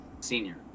senior